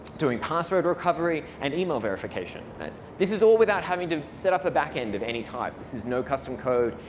doing password recovery and email verification. and this is all without having to set up a backend of any type. this is no custom code.